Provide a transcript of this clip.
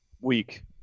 week